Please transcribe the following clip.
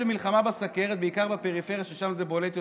במלחמה בסוכרת, בעיקר בפריפריה, ששם זה בולט יותר.